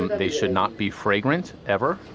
um they should not be fragrant, ever.